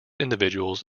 individuals